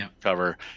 cover